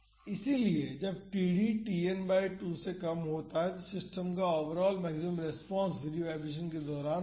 इसलिए जब td Tn by 2 से कम होता है तो सिस्टम का overall maximum response free vibration के दौरान होता है